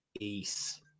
ace